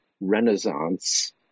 Renaissance